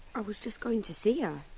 i was just going to see her.